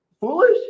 foolish